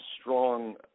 strong